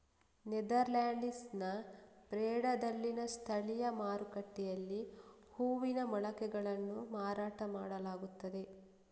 ನೆದರ್ಲ್ಯಾಂಡ್ಸಿನ ಬ್ರೆಡಾದಲ್ಲಿನ ಸ್ಥಳೀಯ ಮಾರುಕಟ್ಟೆಯಲ್ಲಿ ಹೂವಿನ ಮೊಳಕೆಗಳನ್ನು ಮಾರಾಟ ಮಾಡಲಾಗುತ್ತದೆ